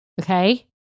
okay